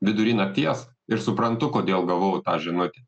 vidury nakties ir suprantu kodėl gavau tą žinutę